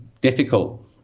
Difficult